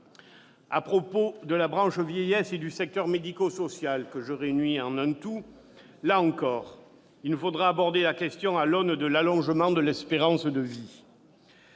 À propos de la branche vieillesse et du secteur médico-social, là encore, il nous faudra aborder la question à l'aune de l'allongement de l'espérance de vie.